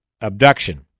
abduction